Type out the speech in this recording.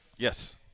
Yes